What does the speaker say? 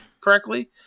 correctly